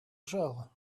gel